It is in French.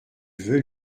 veut